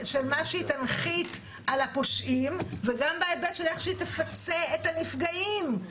שהיא תנחית על הפושעים וגם בהיבט של איך שהיא תצפה את הנפגעים.